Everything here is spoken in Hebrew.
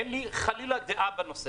אין לי, חלילה, דעה בנושא.